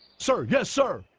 sir yes sir,